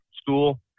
School